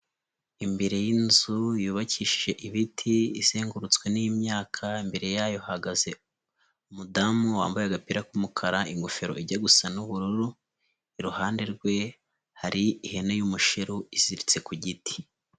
Imbere y'inzu yubakishije ibiti, izengurutswe n'imyaka, imbere yayo hahagaze umudamu wambaye agapira k'umukara, ingofero ijya gusa n'ubururu, iruhande rwe hari ihene y'umusheru iziritse ku giti.